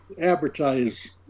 advertise